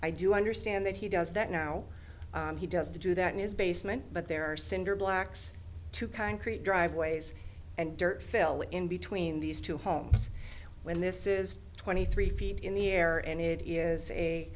i do understand that he does that now he does do that news basement but there are cinder blocks to kind create driveways and dirt fill in between these two homes when this is twenty three feet in the air and it is a